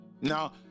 Now